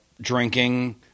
drinking